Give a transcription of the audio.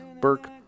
Burke